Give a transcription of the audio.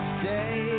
stay